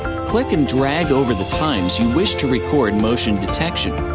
click and drag over the times you wish to record motion detection,